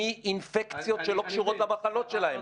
מאינפקציות שלא קשורות למחלות שלהם.